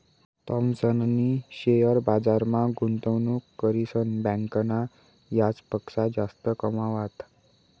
थॉमसनी शेअर बजारमा गुंतवणूक करीसन बँकना याजपक्सा जास्त कमावात